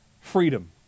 freedom